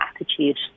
attitude